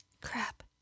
Crap